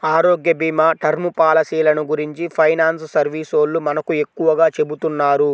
ఆరోగ్యభీమా, టర్మ్ పాలసీలను గురించి ఫైనాన్స్ సర్వీసోల్లు మనకు ఎక్కువగా చెబుతున్నారు